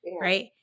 right